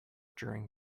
during